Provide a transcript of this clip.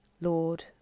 Lord